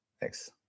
Thanks